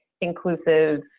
inclusive